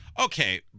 Okay